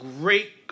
great